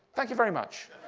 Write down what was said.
thank you very much.